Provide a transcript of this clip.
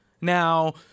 now